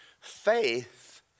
Faith